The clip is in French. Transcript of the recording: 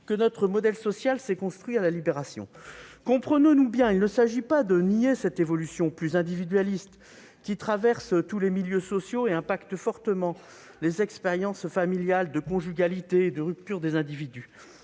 que notre modèle social s'est construit à la Libération. Comprenons-nous bien, il ne s'agit pas de nier cette évolution plus individualiste, qui traverse tous les milieux sociaux et vient se croiser avec les expériences familiales de conjugalité, de rupture des individus.